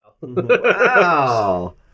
Wow